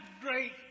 great